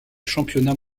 championnat